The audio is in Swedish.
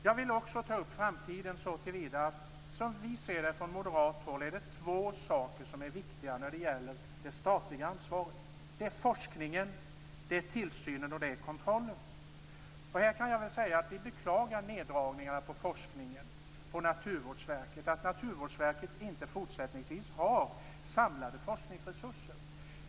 Jag vill också ta upp framtiden så till vida att det, som vi ser det från moderat håll, är två saker som är viktiga när det gäller det statliga ansvaret: forskningen respektive tillsynen och kontrollen. Vi beklagar Naturvårdsverkets neddragningar inom forskningen, så att Naturvårdsverket inte fortsättningsvis har samlade forskningsresurser.